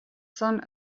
son